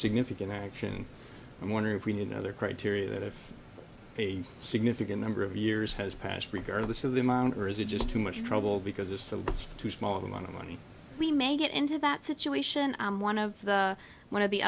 significant action and wonder if we need another criteria that if a significant number of years has passed regarding this is the man or is it just too much trouble because it's too small an amount of money we may get into that situation one of the one of the